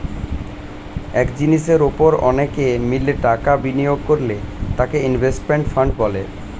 এক জিনিসের উপর অনেকে মিলে টাকা বিনিয়োগ করলে তাকে ইনভেস্টমেন্ট ফান্ড বলে